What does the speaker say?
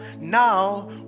Now